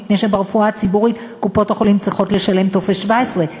מפני שברפואה הציבורית קופות-החולים צריכות לשלם טופס 17,